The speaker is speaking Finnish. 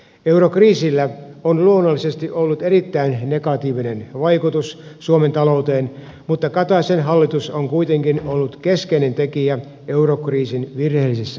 eurokriisillä on luonnollisesti ollut erittäin negatiivinen vaikutus suomen talouteen mutta kataisen hallitus on kuitenkin ollut keskeinen tekijä eurokriisin virheellisessä hoidossa